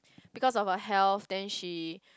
because of her health then she